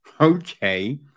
okay